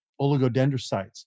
oligodendrocytes